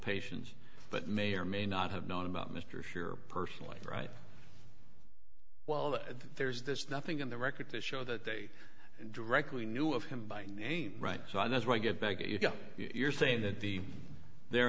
patients but may or may not have known about mr scherer personally right well there's there's nothing in the record to show that they directly knew of him by name right so i that's right get back you know you're saying that the they're